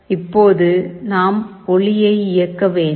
இப்போது நாம் ஒளியை இயக்க வேண்டும்